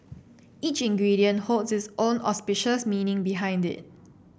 each ingredient holds its own auspicious meaning behind it